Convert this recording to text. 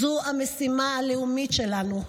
זו המשימה הלאומית שלנו.